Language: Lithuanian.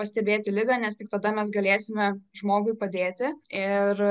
pastebėti ligą nes tik tada mes galėsime žmogui padėti ir